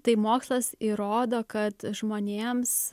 tai mokslas įrodo kad žmonėms